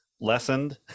lessened